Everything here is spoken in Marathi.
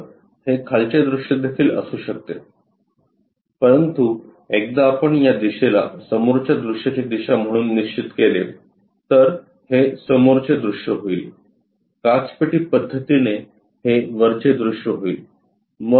तर ते खालचे दृश्य देखील असू शकते परंतु एकदा आपण या दिशेला समोरच्या दृश्याची दिशा म्हणून निश्चित केले तर हे समोरचे दृश्य होईल काचपेटी पद्धतीने हे वरचे दृश्य होईल